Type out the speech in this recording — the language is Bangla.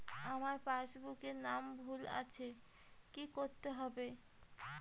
আমার পাসবুকে নাম ভুল আছে কি করতে হবে?